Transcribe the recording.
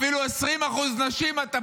אפילו מ-20% נשים אתה פוחד.